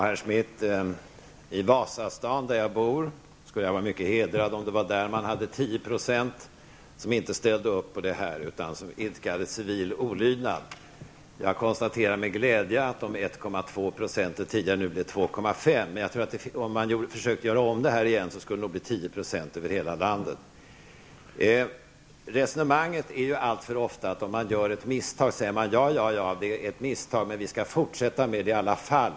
Herr talman! Herr Schmidt, om det var i Vasastan, där jag bor, som 10 % inte ställde upp på detta, utan idkade civil olydnad, skulle jag vara mycket hedrad. Jag konstaterar med glädje att tidigare 1,2 % nu har blivit 2,5 %. Men om man försökte göra om denna räkning igen, skulle nog siffran bli Om man gör ett misstag, säger man alltför ofta: Ja, ja, det är ett misstag, men vi skall fortsätta i alla fall.